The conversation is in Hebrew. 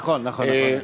נכון, נכון, נכון.